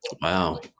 Wow